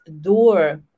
door